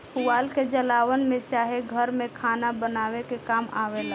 पुआल के जलावन में चाहे घर में खाना बनावे के काम आवेला